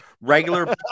regular